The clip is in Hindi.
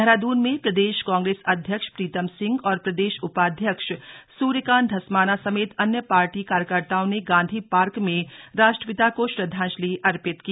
देहरादून में प्रदेश कांग्रेस अध्यक्ष प्रीतम सिंह और प्रदेश उपाध्यक्ष सूर्यकांत धस्माना समेत अन्य पार्टी कार्यकर्ताओं ने गांधी पार्क में राष्ट्रपिता को श्रदधांजलि अर्पित की